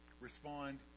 respond